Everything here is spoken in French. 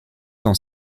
dans